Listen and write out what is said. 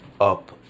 up